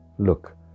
Look